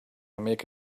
make